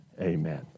amen